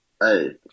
Hey